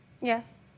Yes